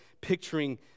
picturing